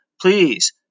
please